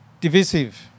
divisive